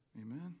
Amen